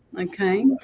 okay